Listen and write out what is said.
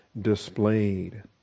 displayed